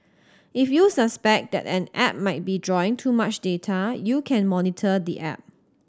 if you suspect that an app might be drawing too much data you can monitor the app